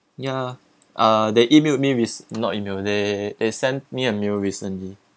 yeah uh they emailed me with not email they they sent me a mail recently